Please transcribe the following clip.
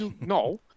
no